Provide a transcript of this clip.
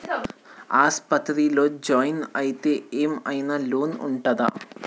ఆస్పత్రి లో జాయిన్ అయితే ఏం ఐనా లోన్ ఉంటదా?